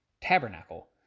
Tabernacle